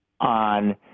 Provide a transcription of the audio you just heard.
on